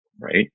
Right